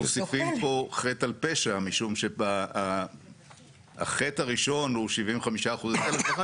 --- מוסיפים פה חטא על פשע משום שהחטא הראשון הוא 75% היטל השבחה